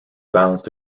balanced